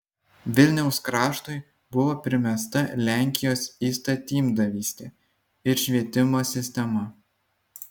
vilniaus kraštui buvo primesta lenkijos įstatymdavystė ir švietimo sistema